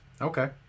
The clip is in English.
Okay